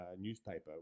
newspaper